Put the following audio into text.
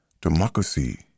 Democracy